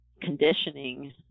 conditioning